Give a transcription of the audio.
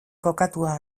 kokatua